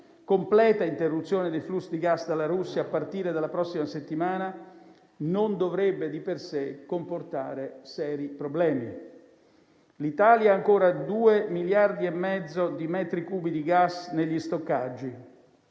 completa interruzione dei flussi di gas dalla Russia, a partire dalla prossima settimana, non dovrebbe di per sé comportare seri problemi. L'Italia ha ancora due miliardi e mezzo di metri cubi di gas negli stoccaggi